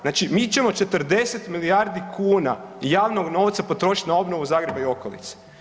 Znači, mi ćemo 40 milijardi kuna javnog novca potrošit na obnovu Zagreba i okolice.